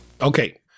okay